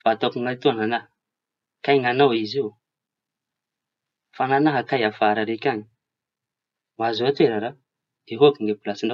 fa ataoko ny etoa ny añahy kay ny añao izy io fa ny añahy kay afara ariky añy. Mahazo toera raha iôky ny pilasiñao.